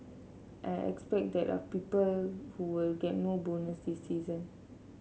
I expect that are people who will get no bonus this season